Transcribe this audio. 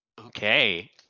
Okay